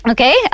Okay